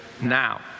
now